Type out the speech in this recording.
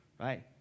Right